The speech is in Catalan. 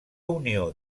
unió